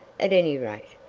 at any rate.